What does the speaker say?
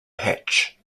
hatch